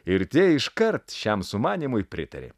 ir tie iškart šiam sumanymui pritarė